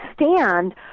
stand